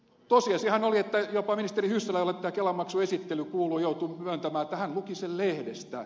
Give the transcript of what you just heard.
tosiasiahan oli että jopa ministeri hyssälä jolle tämä kelamaksun esittely kuului joutui myöntämään että hän luki sen lehdestä